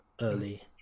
early